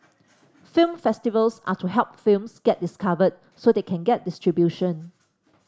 film festivals are to help films get discovered so they can get distribution